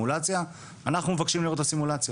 לראות את הסימולציה.